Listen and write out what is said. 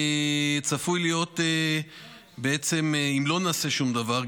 אם לא נעשה שום דבר,